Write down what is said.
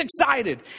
excited